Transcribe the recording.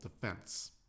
Defense